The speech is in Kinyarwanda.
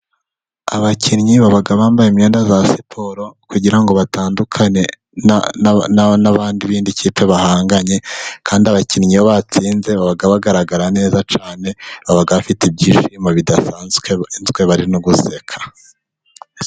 Abakinnyi baba bambaye imyenda ya siporo kugira ngo batandukane n'abandi b'indi kipe bahanganye, kandi abakinnyi iyo batsinze ,baba bagaragara neza cyane . Baba bafite ibyishimo bidasanzwe , bari no guseka.